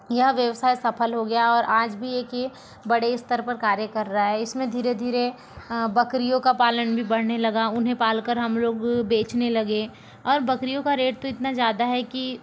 यह व्यवसाए सफल हो गया और आज भी एक ये बड़े स्तर पर कार्य कर रहा है इसमें धीरे धीरे बकरियों का पालन भी बढ़ने लगा उन्हें पालकर हम लोग बेचने लगे और बकरियों का रेट तो इतना ज़्यादा है कि